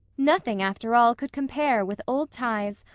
nothing, after all, could compare with old ties,